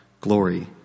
glory